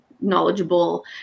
knowledgeable